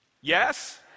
Yes